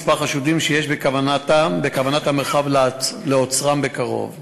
חשודים שיש בכוונת המרחב לעוצרם בקרוב.